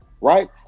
right